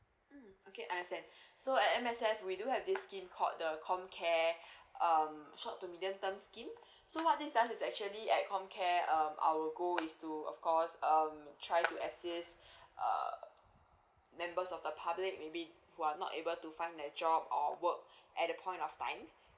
mm okay understand so at M_S_F we do have this scheme called the comcare um short to medium term scheme so what this does is actually at comcare um our goal is to of course um try to assist uh members of the public maybe who are not able to find a job or work at the point of time